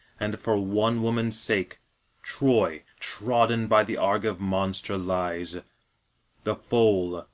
and for one woman's sake troy trodden by the argive monster lies the foal,